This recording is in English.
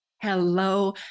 Hello